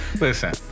Listen